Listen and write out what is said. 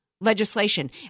legislation